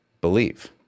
believe